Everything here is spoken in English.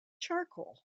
charcoal